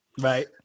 Right